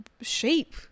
shape